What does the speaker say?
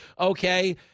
okay